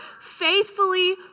faithfully